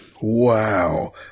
Wow